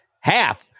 half